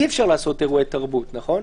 אי אפשר לעשות אירועי תרבות, נכון?